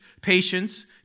patience